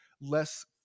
less